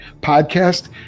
podcast